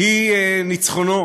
היא ניצחונו